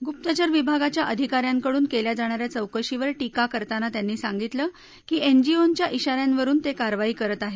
गुप्तचर विभागाच्या अधिकाऱ्यांकडून केल्या जाणाऱ्या चौकशीवर टीका करताना त्यांनी सांगितलं की एनजीओंच्या व्रान्यावरून ते कारवाई करत आहेत